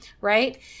right